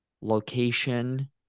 Location